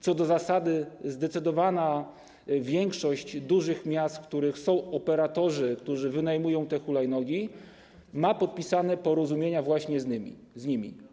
Co do zasady zdecydowana większość dużych miast, w których są operatorzy, którzy wynajmują hulajnogi, ma podpisane porozumienia właśnie z nimi.